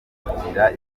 gushyigikira